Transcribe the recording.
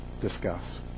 discuss